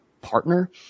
partner